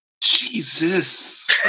Jesus